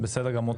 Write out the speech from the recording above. בסדר גמור.